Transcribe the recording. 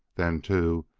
then, too,